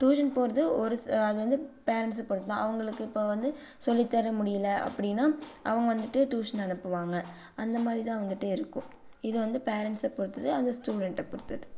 tuition போகிறது ஒரு சி அது வந்து பேரண்ட்ஸ பொறுத்துதான் அவங்களுக்கு இப்போ வந்து சொல்லித் தர முடியல அப்படின்னா அவங்க வந்துட்டு டியூஷன் அனுப்புவாங்க அந்தமாதிரிதான் வந்துட்டு இருக்கும் இது வந்து பேரண்ட்ஸை பொறுத்தது அது ஸ்டூடண்டை பொறுத்தது